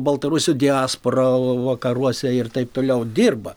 baltarusių diaspora vakaruose ir taip toliau dirba